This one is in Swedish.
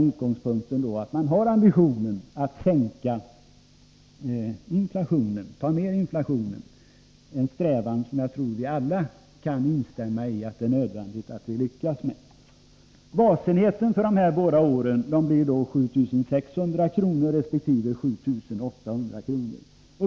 Utgångspunkten är ambitionen att sänka inflationen — en strävan som jag tror att vi alla kan instämma i att det är nödvändigt att vi lyckas med. Basenheten för de båda åren blir då 7 600 kr. resp. 7 800 kr.